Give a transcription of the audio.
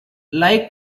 like